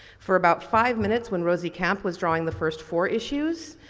for about five minutes when rosy camp was drawing the first four issues,